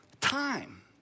time